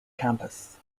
campus